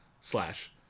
Slash